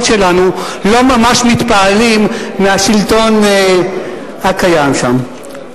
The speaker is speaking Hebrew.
שלנו לא ממש מתפעלים מהשלטון הקיים שם,